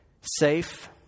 safe